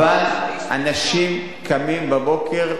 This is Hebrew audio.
אבל אנשים קמים בבוקר,